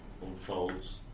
unfolds